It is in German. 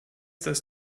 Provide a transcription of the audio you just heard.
dass